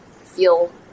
feel